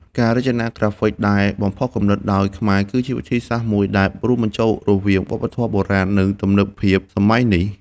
ការរចនាក្រាហ្វិកដែលបំផុសគំនិតដោយខ្មែរ គឺជាវិធីសាស្រ្តមួយដែលរួមបញ្ចូលរវាងវប្បធម៌បុរាណ និងទំនើបភាពសម័យនេះ។